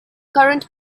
current